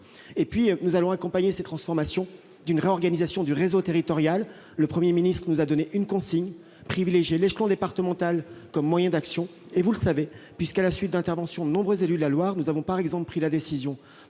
privé. Nous accompagnerons ces transformations d'une réorganisation du réseau territorial. Le Premier ministre nous a donné une consigne : privilégier l'échelon départemental comme moyen d'action. Vous le savez, à la suite d'interventions de nombreux élus de la Loire, nous avons notamment pris la décision